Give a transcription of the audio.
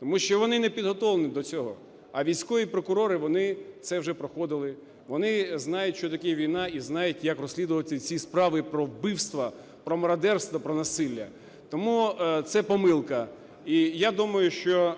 Тому що вони не підготовлені до цього. А військові прокурори, вони це вже проходили, вони знають що таке війна і знають як розслідувати ці справи про вбивства, про мародерство, про насилля, тому це помилка і я думаю, що